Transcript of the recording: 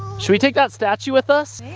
should we take that statue with us?